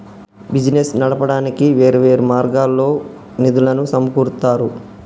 business నడపడానికి వేర్వేరు మార్గాల్లో నిధులను సమకూరుత్తారు